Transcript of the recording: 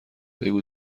بگو